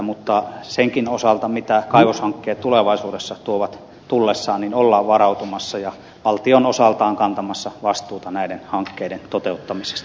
mutta senkin osalta mitä kaivoshankkeet tulevaisuudessa tuovat tullessaan ollaan varautumassa ja valtio on osaltaan kantamassa vastuuta näiden hankkeiden toteuttamisesta